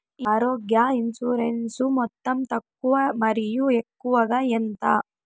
ఈ ఆరోగ్య ఇన్సూరెన్సు మొత్తం తక్కువ మరియు ఎక్కువగా ఎంత?